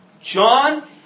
John